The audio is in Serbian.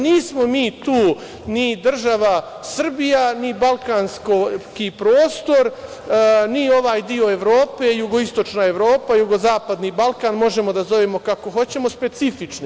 Nismo mi tu, ni država Srbija, ni balkanski prostor, ni ovaj deo Evrope jugoistočna Evropa, jugozapadni Balkan, možemo da zovemo kako hoćemo, specifični.